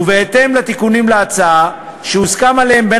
בהתאם לתיקונים להצעה שהוסכם עליהם בין